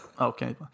okay